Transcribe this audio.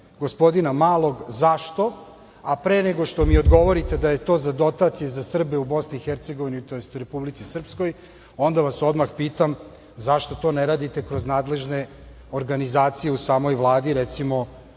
gospodina Malog - zašto? A, pre nego što mi odgovorite da je to za dotacije za Srbe u Bosni i Hercegovini tj. Republici Srpskoj, onda vas odmah pitam - zašto to ne radite kroz nadležne organizacije u samoj Vladi, recimo